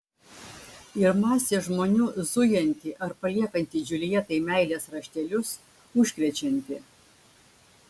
ir masė žmonių zujanti ar paliekanti džiuljetai meilės raštelius užkrečianti